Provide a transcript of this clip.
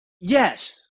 Yes